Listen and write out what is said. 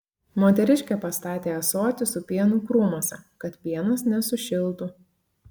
moteriškė pastatė ąsotį su pienu krūmuose kad pienas nesušiltų